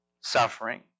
suffering